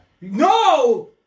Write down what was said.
No